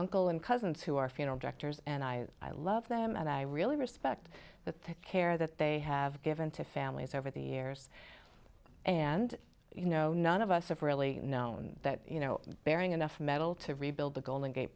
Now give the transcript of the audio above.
uncle and cousins who are funeral directors and i love them and i really respect the care that they have given to families over the years and you know none of us have really known that you know baring enough metal to rebuild the golden gate